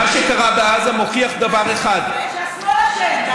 מה שקרה בעזה מוכיח דבר אחד, שהשמאל אשם.